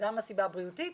גם הסיבה הבריאותית,